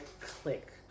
click